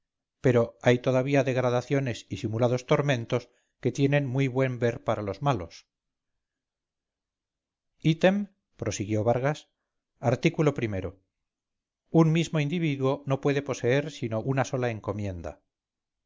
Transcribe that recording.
pero hay todavía degradaciones y simulados tormentos que tienen muy buen ver para los malos item prosiguió vargas art o un mismo individuo no puede poseer sino una sola encomienda